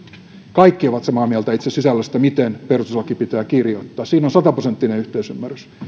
kaikki ovat samaa mieltä itse sisällöstä miten perustuslaki pitää kirjoittaa siinä on sataprosenttinen yhteisymmärrys